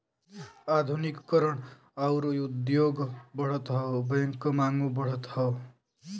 आधुनिकी करण आउर उद्योग बढ़त हौ बैंक क मांगो बढ़त हौ